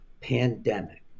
pandemic